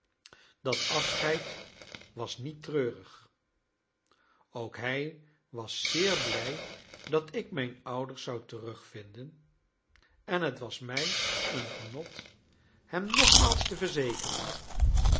dat afscheid was niet treurig ook hij was zeer blij dat ik mijn ouders zou terugvinden en het was mij een genot hem nogmaals te verzekeren